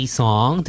song